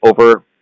over